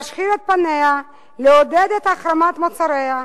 להשחיר את פניה, לעודד את החרמת מוצריה,